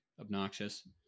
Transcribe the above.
obnoxious